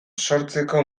sortzeko